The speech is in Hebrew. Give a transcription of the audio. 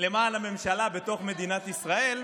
למען הממשלה בתוך מדינת ישראל.